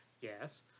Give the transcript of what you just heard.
Yes